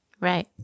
Right